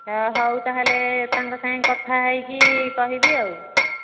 ହଉ ତାହେଲେ ତାଙ୍କ ସାଙ୍ଗେ କଥା ହୋଇକି କହିବି ଆଉ